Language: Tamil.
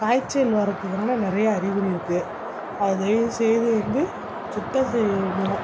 காய்ச்சல் வரத்துக்கான நிறையா அறிகுறி இருக்குது தயவுசெய்து வந்து சுத்தம் செய்யணும்